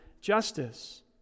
justice